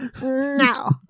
No